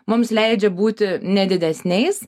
mums leidžia būti ne didesniais